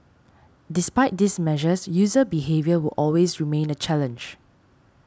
despite these measures user behaviour will always remain a challenge